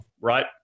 right